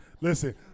Listen